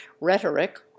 rhetoric